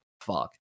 Fuck